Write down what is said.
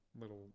little